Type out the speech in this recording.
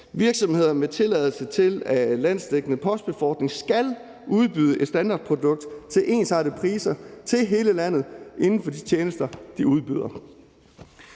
»Virksomheder med tilladelse til landsdækkende postbefordring skal udbyde et standardprodukt til ensartede priser til hele landet inden for de tjenester, de udbyder«.